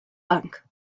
bank